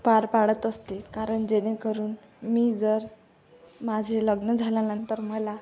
पार पाडत असते कारण जेणेकरून मी जर माझे लग्न झाल्यानंतर मला